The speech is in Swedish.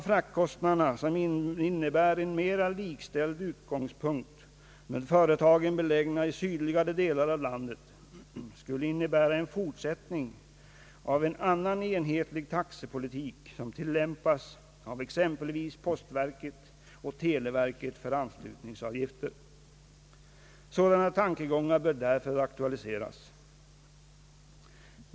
Fraktsatser som innebär större likställighet mellan företag belägna i olika delar av landet skulle vara en fortsättning på den enhetliga taxepolitik som tillämpas av exempelvis postverket och av televerket för anslutningsavgifter. Sådana tankegångar bör därför aktualiseras.